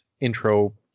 intro